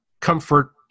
comfort